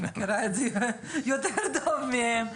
אני מכירה את זה יותר טוב מהם.